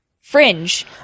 fringe